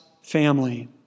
family